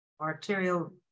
arterial